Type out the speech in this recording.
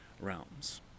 realms